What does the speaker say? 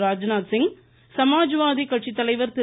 ராஜ்நாத்சிங் சமாஜ்வாதி கட்சி தலைவர் திரு